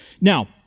Now